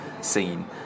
scene